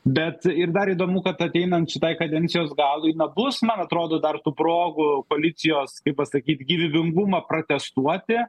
bet ir dar įdomu kad ateinant šitai kadencijos galui na bus man atrodo dar tų progų koalicijos kaip pasakyt gyvybingumą protestuoti